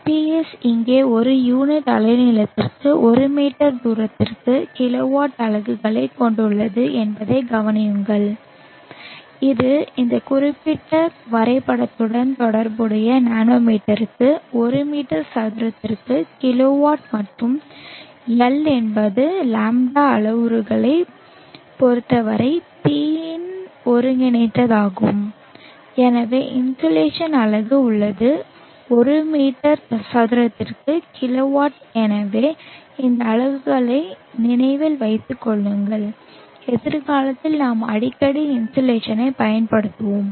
PS இங்கே ஒரு unit அலைநீளத்திற்கு ஒரு மீட்டர் சதுரத்திற்கு கிலோவாட் அலகுகளைக் கொண்டுள்ளது என்பதைக் கவனியுங்கள் இது இந்த குறிப்பிட்ட வரைபடத்துடன் தொடர்புடைய நானோமீட்டருக்கு ஒரு மீட்டர் சதுரத்திற்கு கிலோவாட் மற்றும் L என்பது லாம்ப்டா அளவுருவைப் பொறுத்தவரை P இன் ஒருங்கிணைந்ததாகும் எனவே இன்சோலேஷன் அலகு உள்ளது ஒரு மீட்டர் சதுரத்திற்கு கிலோவாட் எனவே இந்த அலகுகளை நினைவில் வைத்துக் கொள்ளுங்கள் எதிர்காலத்தில் நாம் அடிக்கடி இன்சோலேஷனைப் பயன்படுத்துவோம்